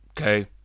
okay